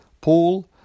Paul